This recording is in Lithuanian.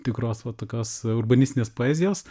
tikros va tokios urbanistinės poezijos